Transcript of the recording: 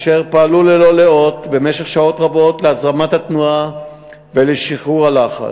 אשר פעלו ללא לאות במשך שעות רבות להזרמת התנועה ולשחרור הלחץ.